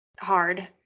hard